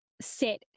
sit